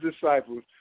disciples